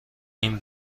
این